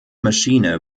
maschine